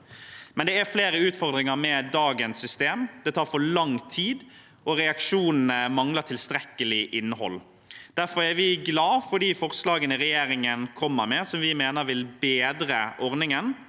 er det flere utfordringer med dagens system. Det tar for lang tid, og reaksjonene mangler tilstrekkelig innhold. Derfor er vi glad for de forslagene regjeringen kommer med, som vi mener vil bedre ordningen.